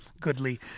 goodly